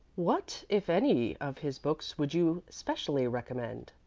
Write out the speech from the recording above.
what, if any, of his books would you specially recommend?